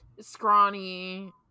scrawny